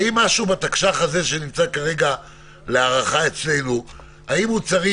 האם משהו בתקש"ח הזה שנמצא כרגע להארכה אצלנו צריך